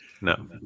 No